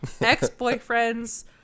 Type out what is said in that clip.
ex-boyfriends